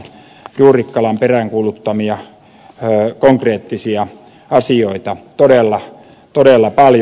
juurikkalan peräänkuuluttamia konkreettisia asioita todella paljon